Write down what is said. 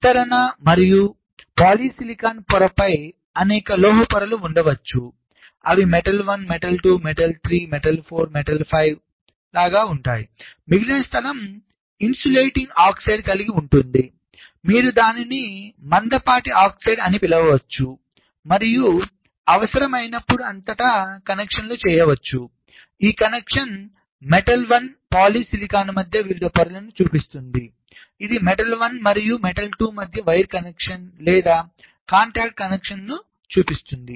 విస్తరణ మరియు పాలిసిలికాన్ పొర పైన అనేక లోహ పొరలు ఉండవచ్చు అవి మెటల్ 1 మెటల్ 2 3 4 5 మరియు మిగిలిన స్థలం ఇన్సులేటింగ్ ఆక్సైడ్ కలిగి ఉంటుంది మీరు దానిని మందపాటి ఆక్సైడ్ అని పిలవవచ్చు మరియు అవసరమైనప్పుడు అంతటా కనెక్షన్లు చేయవచ్చు ఈ కనెక్షన్ మెటల్ 1 పాలిసిలికాన్ మధ్య వివిధ పొరలను చూపిస్తుంది ఇది మెటల్ 1 మరియు మెటల్ 2 మధ్య వైర్ కనెక్షన్ లేదా కాంటాక్ట్ కనెక్షన్లు చూపిస్తుంది